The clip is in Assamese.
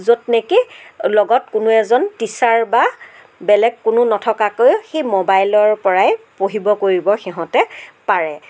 য'ত নেকি লগত কোনো এজন টিচাৰ বা বেলেগ কোনো নথকাকৈও সেই মোবাইলৰ পৰাই পঢ়িব কৰিব সিহঁতে পাৰে